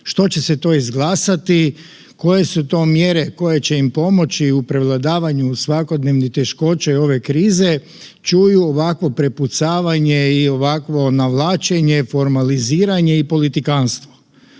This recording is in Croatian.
što će se to izglasati, koje su to mjere koje će im pomoći u prevladavanju svakodnevnih teškoća i ove krize, čuju ovakvo prepucavanje i ovakvo navlačenje, formaliziranje i politikantstvo.